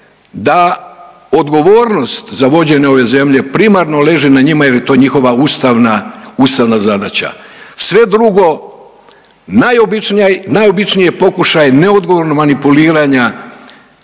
da odgovornost za vođenje ove zemlje primarno leži na njima jer je to njihova ustavna zadaća. Sve drugo najobičniji je pokušaj neodgovornog manipuliranja